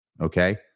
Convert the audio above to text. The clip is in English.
okay